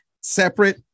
separate